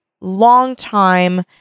long-time